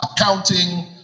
accounting